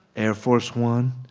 air force one,